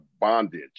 bondage